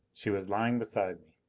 she was lying beside me.